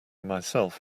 myself